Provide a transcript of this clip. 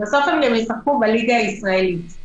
בסוף הן גם ישחקו בליגה הישראלית,